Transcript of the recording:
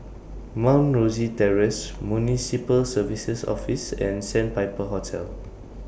Mount Rosie Terrace Municipal Services Office and Sandpiper Hotel